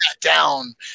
down